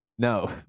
No